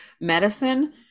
medicine